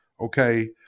okay